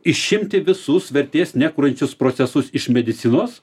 išimti visus vertės nekuriančius procesus iš medicinos